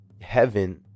heaven